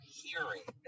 hearing